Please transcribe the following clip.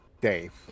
dave